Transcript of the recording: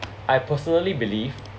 I personally believe